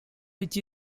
which